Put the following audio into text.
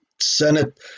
Senate